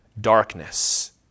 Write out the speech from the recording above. darkness